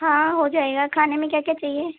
हाँ हो जाएगा खाने में क्या क्या चाहिए